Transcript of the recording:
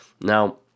Now